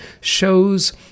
shows